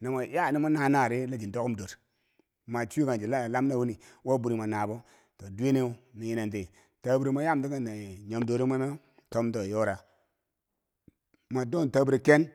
No mo ya nomo nanari chin doghum dor mwa chuwekang chii la alam nawuni? wo bwiri mwanabo to duwe neu mi yi nenti tabwiro mo yamti ki nini nyom dorem mwemeu tomtowe yora, mwa do tabwiro ken,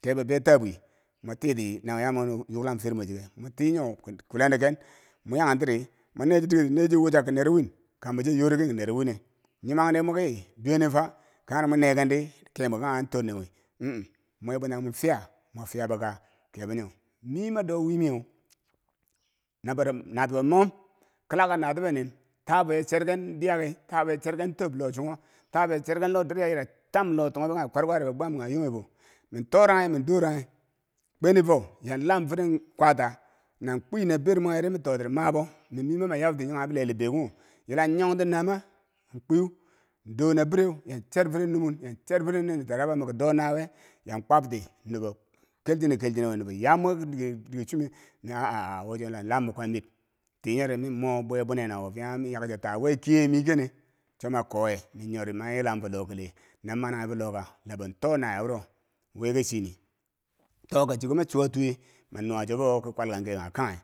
kebo be tabwi mwa tuti na yamwi yuklanghum fermwe chike motii nyo ki kulendo ken mo yaken tiri mone chi dikerdi ne chiwochak kenero win kambo chi yore ke nero winne nyimande muke doweneu fa kangheri mwinekendi ke mwe kanghe tornenwi eh eh mwe bwanna monfiya mofiyaboka kebo nyo mii mado wemiyeu na barub natubo mom kilaka natube nin ta fo ya chergen biyaki to fa ya chergen tob lo chongho to fo ya chergen lo dirya yira tam lo tunghobe kanghe kwarkwariya gwam kanghe yunghobo min toranghi, mindoranghi kweni fo ya lam firen kwata nang kwii naber mwenghe ri mi totiri mabo, mi mii mama nyab ti kanghe bileli bengho yila yong ti naama, nkwiu, ndo nabireu ya cher firen numun ya cher firen taraba mi moki do nawiye ya kwabti nubo kelchine kelchinewi nubo ya mog ki dike chumeu miki ah ah ah wo cho la lam bikwan mit tii nyori mi mo bwe bune nawo fanghe mi yakcha taa we kiyeye mii kene choma kowe mi nyori ma yilam fo loh kile na mananghi fo lo ka? laban to nawiye wuro wi ki chini, nto ka chiko ma chuwa tuuwe, ma nuwa chobo ki kwalkangke kange kanghe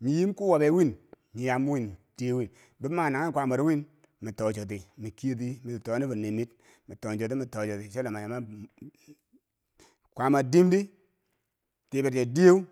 nyi yim kuu wabe wiin, nyi yam wiin tiye wiin ba ma nanghen kwaamaro win ma tocho ti, ma kiyeti, mi ki domen fo nermiit ma tongchoti ma tochoti, chola yama kwaama diim di, tii berocho diiyeu.